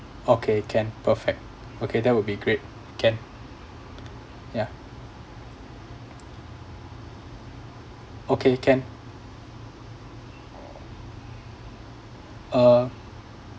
okay can perfect okay that would be great can ya okay can uh